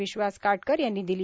विश्वास काटकर यांनी दिली